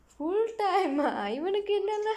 full time ah இவனுக்கு என்னன்னா:evannukku ennannaa